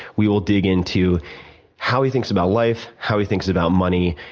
we will dig into how he thinks about life, how he thinks about money,